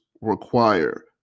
require